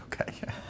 Okay